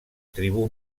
tribú